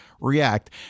react